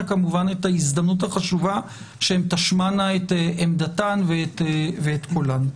כמובן את ההזדמנות החשובה שהן תשמענה את עמדתן ואת קולן.